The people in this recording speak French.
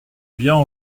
vient